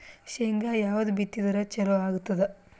ಶೇಂಗಾ ಯಾವದ್ ಬಿತ್ತಿದರ ಚಲೋ ಆಗತದ?